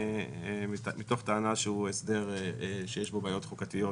מתוך טענה שהוא הסדר שיש בו בעיות חוקתיות